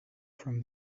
from